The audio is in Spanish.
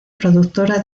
productora